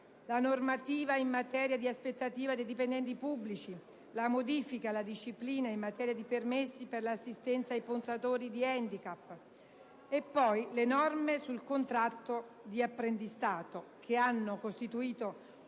normativa in materia di aspettativa dei dipendenti pubblici, la modifica alla disciplina in materia di permessi per l'assistenza ai portatori di handicap. E poi le norme sul contratto di apprendistato, che hanno costituito